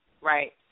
right